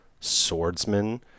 swordsman